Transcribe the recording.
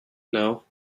know